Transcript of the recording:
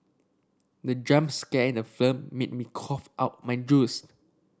the jump scare in the film made cough out my juice